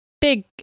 big